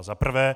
Za prvé.